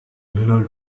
little